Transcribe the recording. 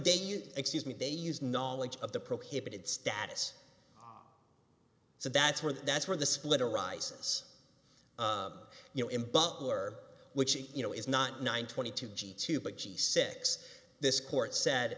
day you excuse me they use knowledge of the prohibited status so that's where that's where the split arises you know in buckler which you know is not nine twenty two g two but g six this court said